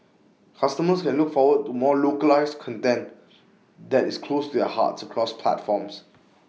customers can look forward to more localised content that is close to their hearts across platforms